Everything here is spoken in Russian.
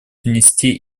внести